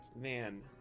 man